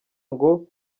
ngo